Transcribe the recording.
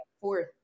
fourth